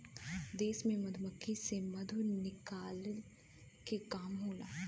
देश में मधुमक्खी से मधु निकलला के काम होला